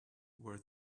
were